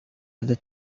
other